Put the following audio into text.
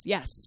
Yes